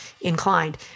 inclined